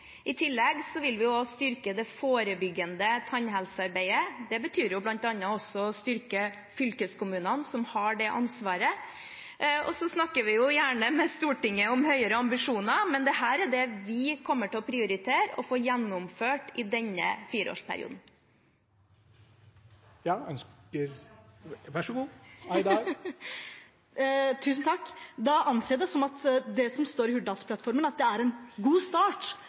I tillegg vil vi også styrke det forebyggende tannhelsearbeidet. Det betyr bl.a. også å styrke fylkeskommunene, som har det ansvaret. Så snakker vi gjerne med Stortinget om høyere ambisjoner, men dette er det vi kommer til å prioritere å få gjennomført i denne fireårsperioden. Da anser jeg det slik at det som står i Hurdalsplattformen, er en god start, men det er ikke nødvendigvis sånn at det er alt vi skal få til i løpet av fire år, for det er